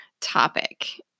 topic